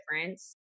difference